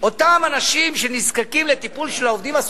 אין אחיות של בריאות התלמיד מטעם המדינה,